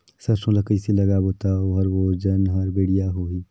सरसो ला कइसे लगाबो ता ओकर ओजन हर बेडिया होही?